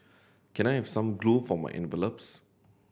can I have some glue for my envelopes